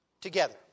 Together